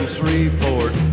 Shreveport